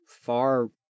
far